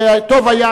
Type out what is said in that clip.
שטוב היה